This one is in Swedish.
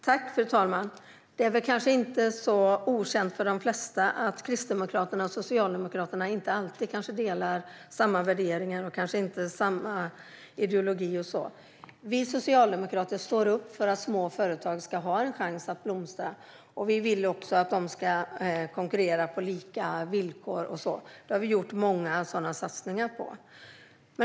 Fru talman! Det är kanske inte okänt för de flesta att Kristdemokraterna och Socialdemokraterna inte alltid delar samma värderingar och ideologi. Vi socialdemokrater står upp för att små företag ska ha en chans att blomstra. Vi vill även att de ska konkurrera på lika villkor. Vi har gjort många satsningar på detta.